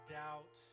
doubt